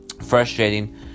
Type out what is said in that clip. frustrating